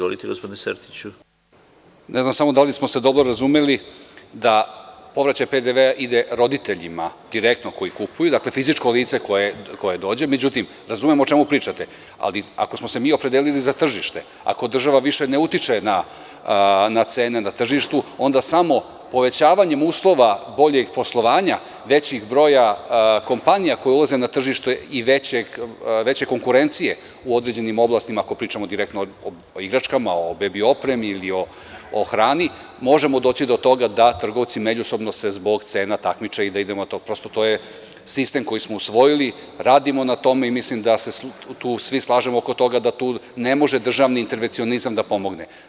Ne znam samo da li smo se dobro razumeli da povraćaj PDV-a ide roditeljima, direktno koji kupuju, dakle, fizičko lice koje dođe, međutim ja razumem o čemu vi pričate, ali ako smo se mi opredelili za tržište, ako država ne utiče na cene na tržištu, onda samo povećavanjem uslova, boljeg poslovanja, većih broja kompanija koje ulaze na tržište i veće konkurencije u određenim oblastima, ako pričamo direktno o igračkama, o bebi opremi ili o hrani, možemo doći do toga da trgovci međusobno se zbog cena takmiče i da idemo, jer to je prosto sistem koji smo usvojili, radimo na tome i mislim da se svi tu slažemo oko toga, da tu ne može državni intervencionizam da pomogne.